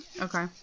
Okay